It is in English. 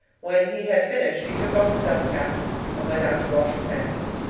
when he had finished he took off his dust-cap and went out to wash his hands.